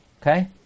Okay